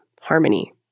harmony